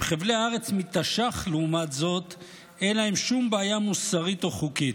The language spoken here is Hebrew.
עם חבלי הארץ מתש"ח אין להם שום בעיה מוסרית או חוקית.